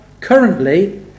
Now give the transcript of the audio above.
currently